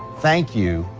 thank you.